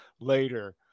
later